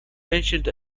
mentioned